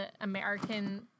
American